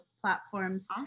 platforms